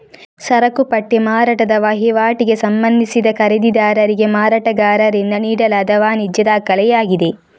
ಸರಕು ಪಟ್ಟಿ ಮಾರಾಟದ ವಹಿವಾಟಿಗೆ ಸಂಬಂಧಿಸಿದ ಖರೀದಿದಾರರಿಗೆ ಮಾರಾಟಗಾರರಿಂದ ನೀಡಲಾದ ವಾಣಿಜ್ಯ ದಾಖಲೆಯಾಗಿದೆ